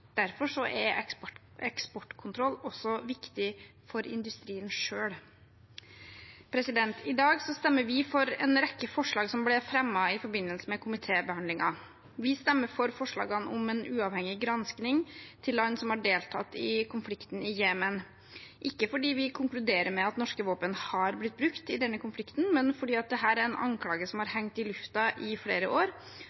Derfor er eksportkontroll også viktig for industrien selv. I dag stemmer vi for en rekke forslag som ble fremmet i forbindelse med komitébehandlingen. Vi stemmer for forslagene om en uavhengig granskning til land som har deltatt i konflikten i Jemen, ikke fordi vi konkluderer med at norske våpen har blitt brukt i denne konflikten, men fordi dette er en anklage som har